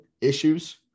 issues